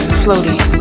floating